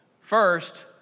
First